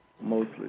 Mostly